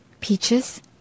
peaches